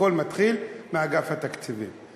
הכול מתחיל מאגף התקציבים.